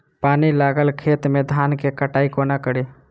पानि लागल खेत मे धान केँ कटाई कोना कड़ी?